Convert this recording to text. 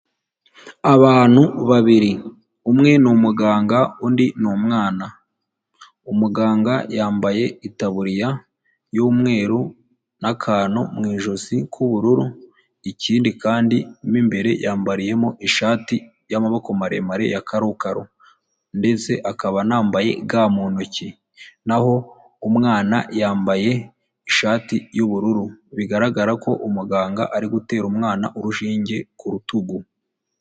Abantu babiri, umwe ni umuganga undi ni umwana umuganga yambaye itaburiya y'umweru n'akantu mu ijosi k'ubururu ikindi kandi mo imbere yambariyemo ishati y'amaboko maremare ya karokaro ndetse akaba anambaye Ga mu ntoki naho umwana yambaye ishati y'ubururu bigaragara ko umuganga ari gutera umwana urushinge ku rutugu.